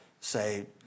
say